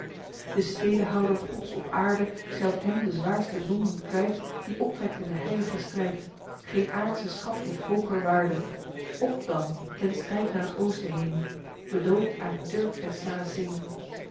de stedehouder gods op aarde scheldt hem de zwaarste zonden kwijt die optrekt in den heil'gen strijd geen aardsche schat heeft hooger waarde op dan ten strijd naar t oosten heen den dood aan turk en saraceen